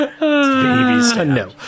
no